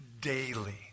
daily